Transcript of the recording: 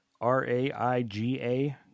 R-A-I-G-A